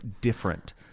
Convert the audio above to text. different